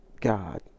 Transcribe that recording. God